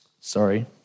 Sorry